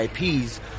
IPs